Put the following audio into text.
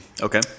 Okay